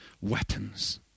weapons